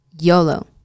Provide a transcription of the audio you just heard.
YOLO